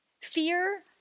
fear